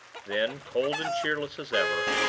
then, cold and cheerless as ever,